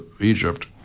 Egypt